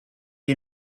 you